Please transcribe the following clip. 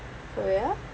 korea